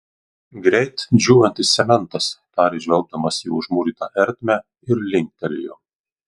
greit džiūvantis cementas tarė žvelgdamas į užmūrytą ertmę ir linktelėjo